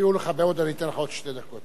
הפריעו לך מאוד, אני אתן לך עוד שתי דקות.